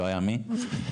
כי לא היה מי שיעשה את זה.